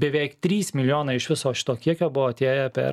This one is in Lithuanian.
beveik trys milijonai iš viso šito kiekio buvo atėję per